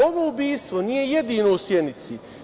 Ovo ubistvo nije jedino u Sjenici.